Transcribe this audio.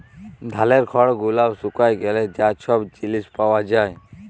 ধালের খড় গুলান শুকায় গ্যালে যা ছব জিলিস পাওয়া যায়